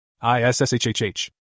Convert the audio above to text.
I-S-S-H-H-H